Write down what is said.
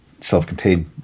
self-contained